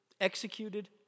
Executed